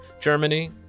Germany